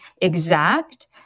exact